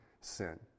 sin